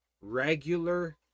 regular